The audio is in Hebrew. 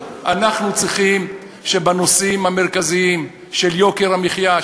אנחנו צריכים שבנושאים המרכזיים של יוקר המחיה,